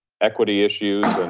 equity issues.